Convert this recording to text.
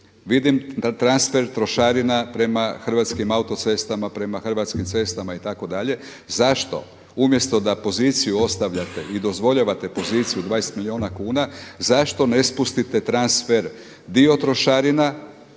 vidim da transfer trošarina prema Hrvatskim autocestama, prema Hrvatskim cestama itd.. Zašto? Umjesto da poziciju ostavljate i dozvoljavate poziciju 20 milijuna kuna zašto ne spustite transfer, dio trošarina